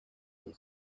you